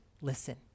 listen